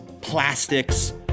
plastics